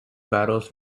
battles